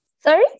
Sorry